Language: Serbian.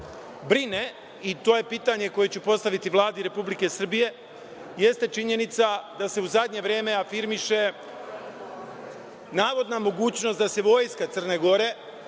brine i to je pitanje koje ću postaviti Vladi Republike Srbije, jeste činjenica da se u zadnje vreme afirmiše navodna mogućnost da se vojska Crne Gore